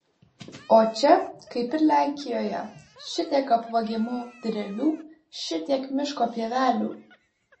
o čia kaip ir lenkijoje šitiek apvagiamų drevių šitiek miško pievelių